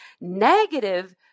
Negative